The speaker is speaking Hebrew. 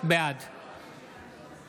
בעד